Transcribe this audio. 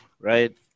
right